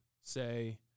say